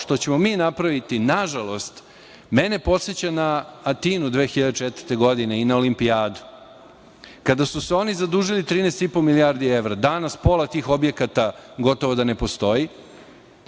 što ćemo mi napraviti, nažalost, mene podseća na Atinu 2004. godine i na Olimpijadu, kada su se oni zadužili 13,5 milijardi evra. Danas pola tih objekata gotovo da ne postoji,